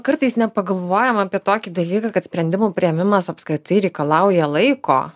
kartais nepagalvojam apie tokį dalyką kad sprendimų priėmimas apskritai reikalauja laiko